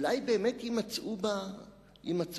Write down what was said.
אולי באמת יימצאו בה פורשים?